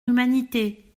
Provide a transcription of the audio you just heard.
humanité